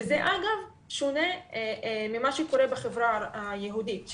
וזה אגב שונה ממה שקורה בחברה היהודית,